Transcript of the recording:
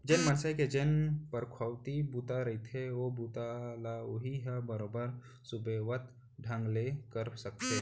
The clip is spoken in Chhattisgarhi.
जेन मनसे के जेन पुरखउती बूता रहिथे ओ बूता ल उहीं ह बरोबर सुबेवत ढंग ले कर सकथे